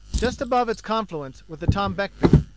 just above its confluence with the tornbeckbee,